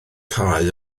cae